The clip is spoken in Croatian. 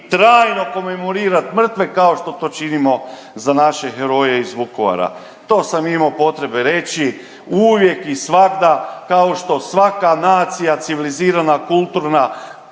trajno komemorirat mrtve, kao što to činimo za naše heroje iz Vukovara. To sam imao potrebe reći uvijek i svagda kao što svaka nacija civilizirana i kulturna